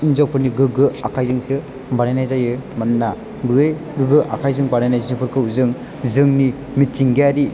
हिनजावफोरनि गोगो आखाइजोंसो बानायनाय जायो मानोना गुबै गोगो आखाइजों बानायनाय जिफोरखौ जों जोंनि मिथिंगायारि